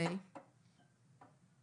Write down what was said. קצת